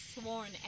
sworn